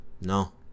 No